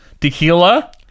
Tequila